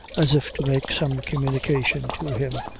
as if to make some communication to him,